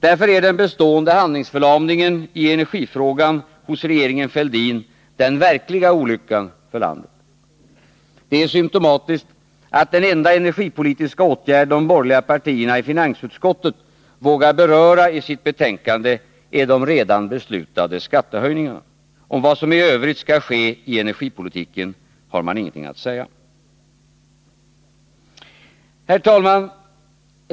Därför är den bestående handlingsförlamningen i energifrågan hos regeringen Fälldin den verkliga olyckan för landet. Det är symptomatiskt att den enda energipolitiska åtgärd de borgerliga partierna i finansutskottet vågat beröra i sitt betänkande är de redan beslutade skattehöjningarna. Om vad som i övrigt skall ske i energipolitiken har man ingenting att säga. Herr talman!